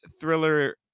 thriller